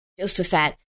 Josephat